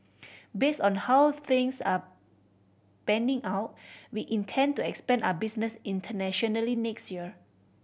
based on the how things are panning out we intend to expand our business internationally next year